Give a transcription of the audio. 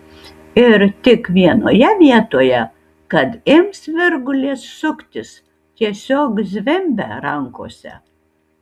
ir tik vienoje vietoje kad ims virgulės suktis tiesiog zvimbia rankose